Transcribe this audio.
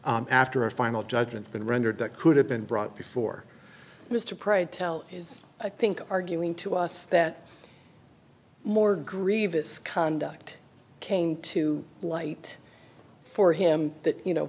claims after a final judgment been rendered that could have been brought before mr pride tell i think arguing to us that more grievous conduct came to light for him that you know